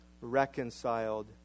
reconciled